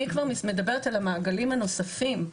אני כבר מדברת על המעגלים הנוספים,